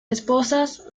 esposas